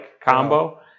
combo